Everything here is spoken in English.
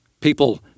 People